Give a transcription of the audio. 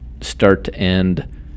start-to-end